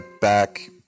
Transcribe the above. back